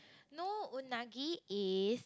no unagi is